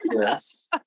Yes